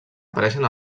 apareixen